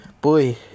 boy